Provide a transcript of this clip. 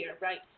right